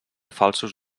falsos